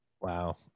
Wow